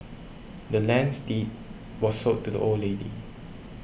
the land's deed was sold to the old lady